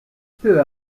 peu